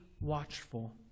watchful